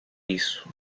isso